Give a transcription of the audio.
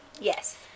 Yes